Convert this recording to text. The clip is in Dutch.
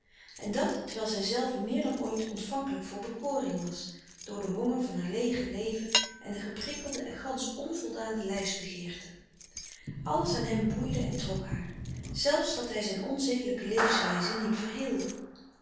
en dat terwijl zijzelve meer dan ooit ontvankelijk voor bekoring was door den honger van haar leege leven en de geprikkelde en gansch onvoldane lijfsbegeerten alles aan hem boeide en trok haar zelfs dat hij zijn onzedelijke levenswijze niet